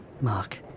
Mark